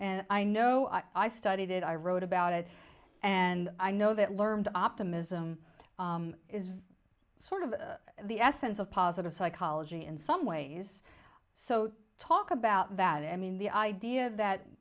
and i know i studied it i wrote about it and i know that learned optimism is sort of the essence of positive psychology in some ways so talk about that i mean the idea that